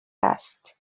asked